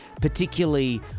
particularly